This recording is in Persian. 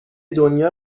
دنیا